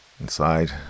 Inside